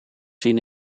zien